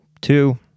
two